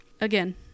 Again